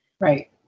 Right